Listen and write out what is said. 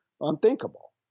unthinkable